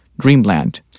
Dreamland